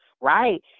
right